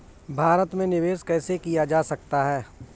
भारत में निवेश कैसे किया जा सकता है?